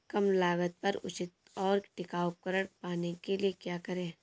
कम लागत पर उचित और टिकाऊ उपकरण पाने के लिए क्या करें?